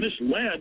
misled